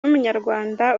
w’umunyarwanda